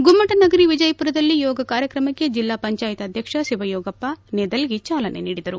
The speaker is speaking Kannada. ಗುಮ್ಟನಗರಿ ವಿಜಯಪುರದಲ್ಲಿ ಯೋಗ ಕಾರ್ಯಕ್ರಮಕ್ಕೆ ಜಿಲ್ಲಾ ಪಂಜಾಯತ್ ಅಧ್ಯಕ್ಷ ಶಿವಯೋಗಪ್ಪ ನೆದಲಗಿ ಚಾಲನೆ ನೀಡಿದರು